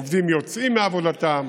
עובדים יוצאים מעבודתם,